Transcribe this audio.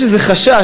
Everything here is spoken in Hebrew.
יש איזה חשש,